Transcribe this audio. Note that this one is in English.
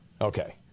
Okay